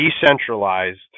decentralized